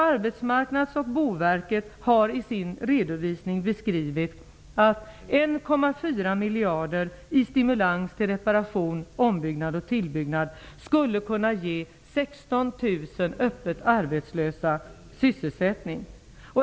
Arbetsmarknads och Boverket har nämligen i sin redovisning beskrivit att 1,4 miljarder i stimulans till reparation, ombyggnad och tillbyggnad skulle kunna ge 16 000 öppet arbetslösa sysselsättning.